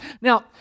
Now